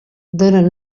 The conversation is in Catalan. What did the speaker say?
donen